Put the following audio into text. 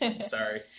sorry